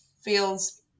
feels